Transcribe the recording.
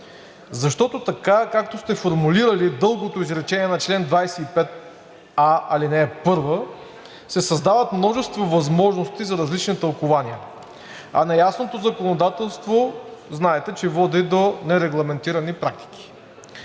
Защото така, както сте формулирали дългото изречение на чл. 25а, ал. 1, се създават множество възможности за различни тълкувания, а неясното законодателство, знаете, че води до нерегламентирани практики.